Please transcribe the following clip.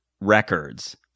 records